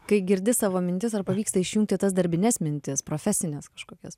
kai girdi savo mintis ar pavyksta išjungti tas darbines mintis profesines kažkokias